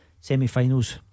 semi-finals